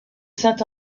saint